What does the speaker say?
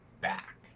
back